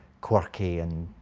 quirky, and.